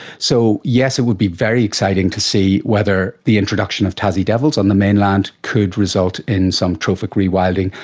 so yes, it would be very exciting to see whether the introduction of tassie devils on the mainland could result in some trophic rewilding,